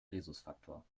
rhesusfaktor